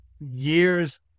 years